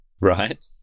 Right